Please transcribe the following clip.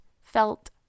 felt